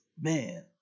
Man